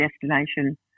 destination